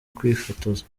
kwifotoza